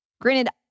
Granted